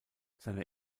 seine